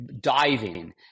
diving